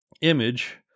image